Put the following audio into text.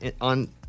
on